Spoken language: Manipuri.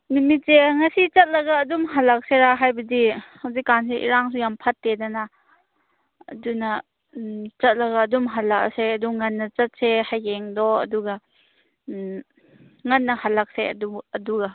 ꯅꯨꯃꯤꯠꯁꯦ ꯉꯁꯤ ꯆꯠꯂꯒ ꯑꯗꯨꯝ ꯍꯜꯂꯛꯁꯤꯔꯥ ꯍꯥꯏꯕꯗꯤ ꯍꯧꯖꯤꯛ ꯀꯥꯟꯁꯦ ꯏꯔꯥꯡꯁꯨ ꯌꯥꯝ ꯐꯠꯇꯦꯗꯅ ꯑꯗꯨꯅ ꯆꯠꯂꯒ ꯑꯗꯨꯝ ꯍꯜꯂꯛꯂꯁꯦ ꯑꯗꯨ ꯉꯟꯅ ꯆꯠꯁꯦ ꯍꯌꯦꯡꯗꯣ ꯑꯗꯨꯒ ꯉꯟꯅ ꯍꯜꯂꯛꯁꯦ ꯑꯗꯨꯕꯨ ꯑꯗꯨꯒ